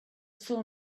saw